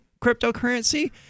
cryptocurrency